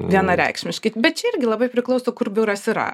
vienareikšmiškai bet čia irgi labai priklauso kur biuras yra